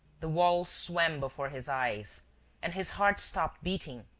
the walls swam before his eyes and his heart stopped beating.